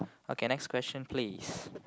okay next question please